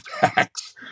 packs